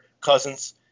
Cousins